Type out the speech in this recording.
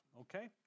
okay